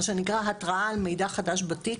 מה שנקרא התראה על מידע חדש בתיק,